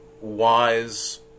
wise